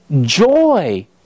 joy